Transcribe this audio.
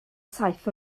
saith